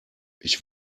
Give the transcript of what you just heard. ich